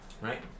right